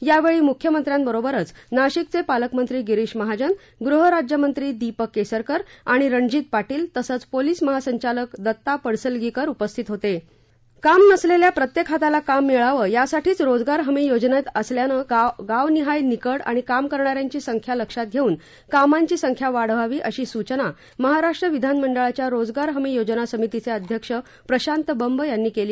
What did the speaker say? यावेळी मुख्यमंत्र्यांबरोबरच नाशिकये पालकमंत्री गिरीश महाजन गृह राज्यमंत्री दीपक केसरकर आणि रणजित पाटील तसंच पोलीस महासंचालक दत्ता पडसलगीकर उपस्थित होते काम नसलेल्या प्रत्येक हाताला काम मिळावं यासाठी रोजगार हमी योजनात अंमलबजावणी करण्यात येत असल्यानं गावनिहाय निकड आणि काम करणाऱ्यांची संख्या लक्षात घेऊन कामांची संख्या वाढवावी अशी सूचना महाराष्ट्र विधानमंडळाच्या रोजगार हमी योजना समितीचे अध्यक्ष प्रशांत बंब यांनी आज केली